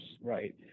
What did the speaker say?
right